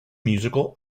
musical